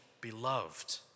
beloved